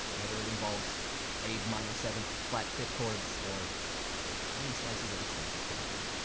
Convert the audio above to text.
whether it involves a minor seventh flat fifth chords or tiny slices of expensive cardboard.